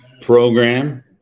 program